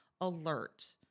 alert